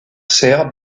cère